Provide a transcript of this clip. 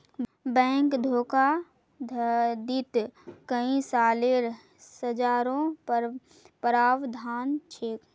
bank धोखाधडीत कई सालेर सज़ारो प्रावधान छेक